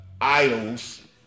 idols